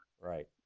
Right